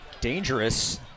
Dangerous